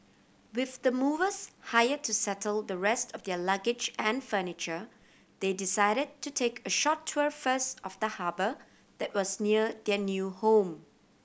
with the movers hired to settle the rest of their luggage and furniture they decided to take a short tour first of the harbour that was near their new home